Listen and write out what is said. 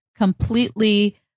completely